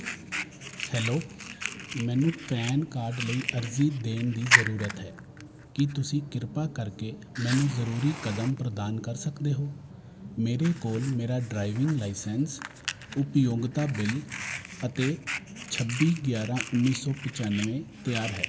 hello ਮੈਨੂੰ PAN card ਲਈ ਅਰਜ਼ੀ ਦੇਣ ਦੀ ਜ਼ਰੂਰਤ ਹੈ ਕੀ ਤੁਸੀਂ ਕ੍ਰਿਪਾ ਕਰਕੇ ਮੈਨੂੰ ਜ਼ਰੂਰੀ ਕਦਮ ਪ੍ਰਦਾਨ ਕਰ ਸਕਦੇ ਹੋ ਮੇਰੇ ਕੋਲ ਮੇਰਾ ਡਰਾਈਵਿੰਗ ਲਾਇਸੈਂਸ ਉਪਯੋਗਤਾ ਬਿੱਲ ਅਤੇ ਛੱਬੀ ਗਿਆਰਾਂ ਉੱਨੀ ਸੋ ਪਚਾਨਵੇਂ ਤਿਆਰ ਹੈ